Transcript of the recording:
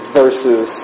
versus